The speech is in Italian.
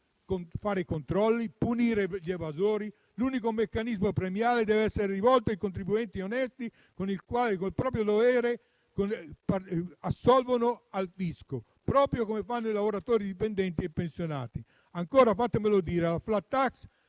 i controlli e punire gli evasori. L'unico meccanismo premiale deve essere rivolto ai contribuenti onesti, che assolvono il proprio dovere con il fisco, proprio come fanno i lavoratori dipendenti e i pensionati. Fatemelo dire: la *flat tax*